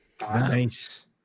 Nice